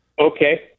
Okay